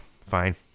fine